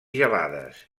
gelades